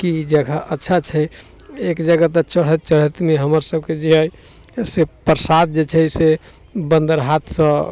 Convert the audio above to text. कि ई जगह अच्छा छै एक जगह तऽ चढ़ैत चढ़ैतमे हमर सभकेँ जे अइ से प्रसाद जे छै से बन्दर हाथसँ